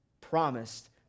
promised